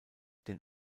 den